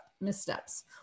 missteps